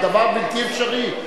הדבר בלתי אפשרי.